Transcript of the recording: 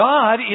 God